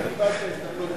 קיבלת הזדמנות בחיים.